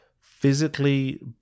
physically